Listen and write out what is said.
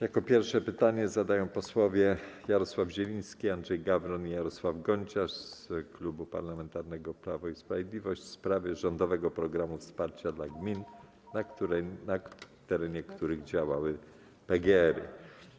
Jako pierwsi pytanie zadają posłowie Jarosław Zieliński, Andrzej Gawron i Jarosław Gonciarz z Klubu Parlamentarnego Prawo i Sprawiedliwość w sprawie rządowego programu wsparcia dla gmin, na terenie których działały PGR-y.